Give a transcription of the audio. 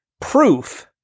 proof